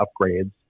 upgrades